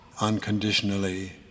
unconditionally